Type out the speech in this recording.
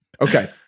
Okay